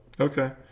Okay